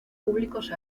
públicos